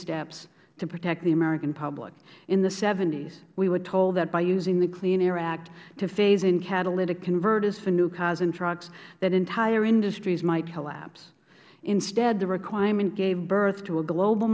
steps to protect the american public in the s we were told that by using the clean air act to phase in catalytic converters for new cars and trucks that entire industries might collapse instead the requirement gave birth to a global